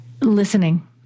Listening